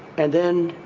and then